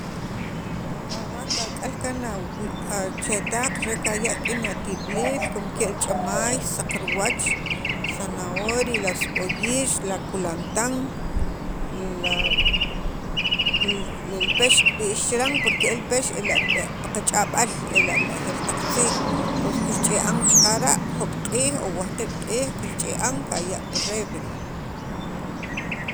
wo kawaj kak'al a wii' chetaq re kaya' rik'in atib'iliil como ke'l ch'amaay, saq riwach, zaharia, la seb'oyix, la kulantan la le pex kib'ix chiran porque el pex ela' rib'e pi qach'ab'al ela' li ajeer taq tziij kirch'ia'n xaqara' jo'oob' o wajq'iib' q'iij kirch'i'an kaya' pi refri